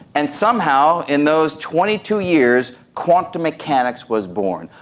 and somehow in those twenty two years quantum mechanics was born.